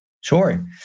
Sure